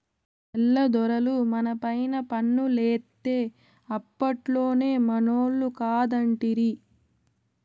తెల్ల దొరలు మనపైన పన్నులేత్తే అప్పట్లోనే మనోళ్లు కాదంటిరి